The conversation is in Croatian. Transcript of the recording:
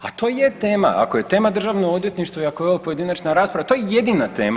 A to i je tema, ako je tema Državno odvjetništvo i ako je ovo pojedinačna rasprava to je jedina tema.